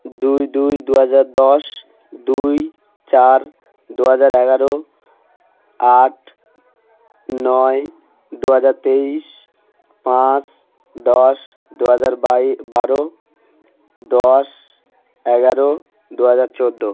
দুই দুই দু হাজার দশ দুই চার দু হাজার এগারো আট নয় দু হাজার তেইশ পাঁচ দশ দু হাজার বাই বারো দশ এগারো দু হাজার চোদ্দ